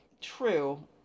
true